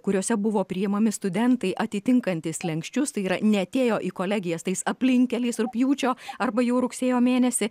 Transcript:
kuriuose buvo priimami studentai atitinkantys slenksčius tai yra neatėjo į kolegijas tais aplinkkeliais rugpjūčio arba jau rugsėjo mėnesį